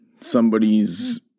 somebody's